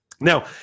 Now